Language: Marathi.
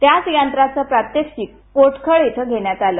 त्याच यंत्राचं प्रात्यक्षिक पोटखळ इथं घेण्यात आलं